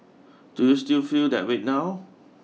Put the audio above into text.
do you still feel that way now